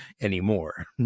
anymore